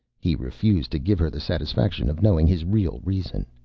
he refused to give her the satisfaction of knowing his real reason.